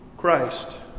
Christ